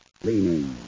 cleaning